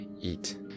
eat